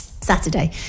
saturday